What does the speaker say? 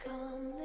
Come